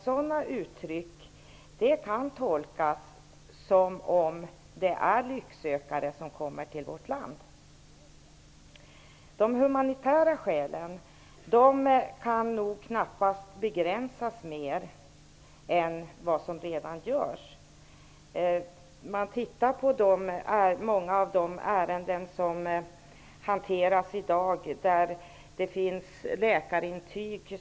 Sådana uttryck kan tolkas som att det är lycksökare som kommer till vårt land. Det går knappast att begränsa de humanitära skälen mer än vad som redan görs. Det finns många ärenden i dag där det finns läkarintyg.